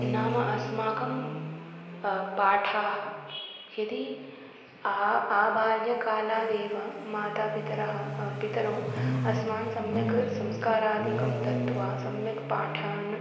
नाम अस्माकं पाठाः यदि आ आबाल्यकालादेव मातापितरः पितरौ अस्मभ्यं सम्यक् संस्कारादिकं दत्त्वा सम्यक् पाठान्